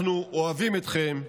אנחנו אוהבים אתכם,